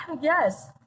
yes